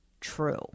true